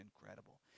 incredible